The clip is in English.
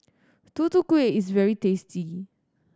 Tutu Kueh is very tasty